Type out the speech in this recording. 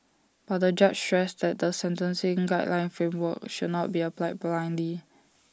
but the judge stressed that the sentencing guideline framework should not be applied blindly